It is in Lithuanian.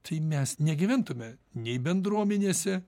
tai mes negyventume nei bendruomenėse